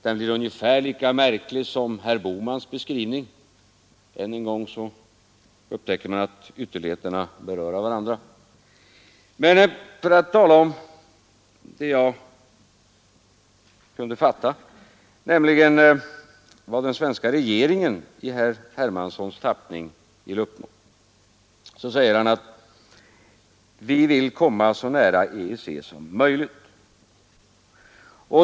Den är ungefär lika märklig som herr Bohmans — än en gång upptäcker man att ytterligheterna beröra varandra. Men låt mig ta upp det jag kunde förstå av herr Hermanssons anförande, nämligen vad den svenska regeringen enligt herr Hermanssons beskrivning vill uppnå. Han säger att vi vill komma så nära EEC som möjligt.